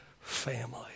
family